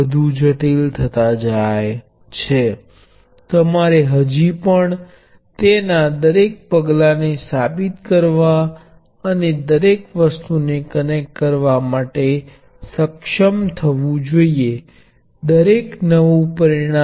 હવે બેટરી વાળી વસ્તુઓ એ છે કે તેનો અંદાજિત વોલ્ટેજ સ્ત્રોત તે આદર્શ વોલ્ટેજ સ્ત્રોત નથી જેથી શ્રેણીમાં થોડો અવરોધ છે